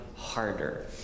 Harder